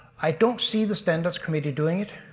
i don't see the standards committee doing it.